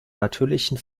natürlichen